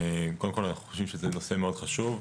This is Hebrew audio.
קודם כל אנחנו חושבים שזה נושא מאוד חשוב.